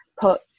put